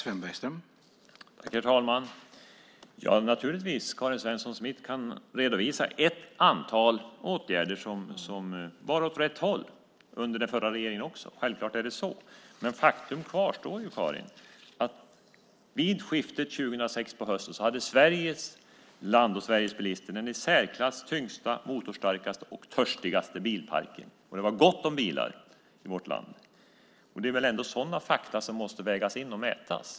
Herr talman! Naturligtvis kan Karin Svensson Smith redovisa ett antal åtgärder som gick åt rätt håll under den förra regeringens tid. Självklart är det så. Men faktum kvarstår, Karin Svensson Smith, nämligen att vid regeringsskiftet på hösten 2006 hade Sveriges land och Sveriges bilister den i särklass tyngsta, motorstarkaste och törstigaste bilparken. Och det var gott om bilar i vårt land. Det är väl ändå sådana fakta som måste vägas in och mätas?